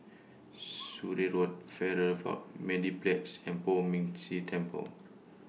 Surrey Road Farrer Park Mediplex and Poh Ming Tse Temple